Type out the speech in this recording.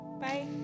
Bye